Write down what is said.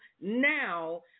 now